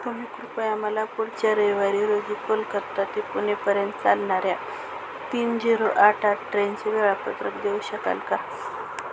तुम्ही कृपया मला पुढच्या रविवारी रोजी कोलकता ते पुणे पर्यंत चालणाऱ्या तीन झिरो आठ आठ ट्रेनचे वेळापत्रक देऊ शकाल का